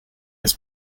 his